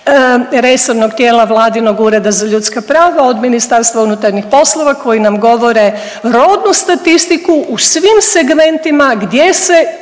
resornog tijela Vladinog ureda za ljudska prava, od Ministarstva unutarnjih poslova koji nam govore rodnu statistiku u svim segmentima gdje se